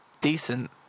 decent